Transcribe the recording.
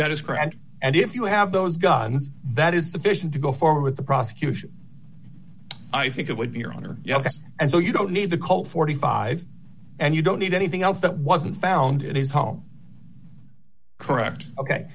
that is correct and if you have those guns that is the vision to go forward with the prosecution i think it would be your honor and so you don't need the cull forty five and you don't need anything else that wasn't found in his home correct ok